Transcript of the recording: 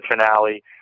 finale